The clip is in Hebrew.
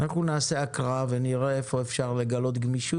אנחנו מגיעים לפה עם אנייה שהיא שליש ישראלים,